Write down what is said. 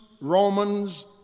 Romans